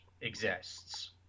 exists